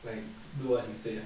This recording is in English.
like do what he say ah